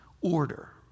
order